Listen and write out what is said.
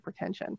hypertension